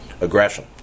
aggression